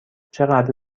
چقدر